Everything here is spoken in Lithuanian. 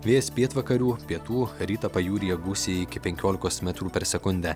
vėjas pietvakarių pietų rytą pajūryje gūsiai iki penkiolikos metrų per sekundę